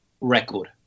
record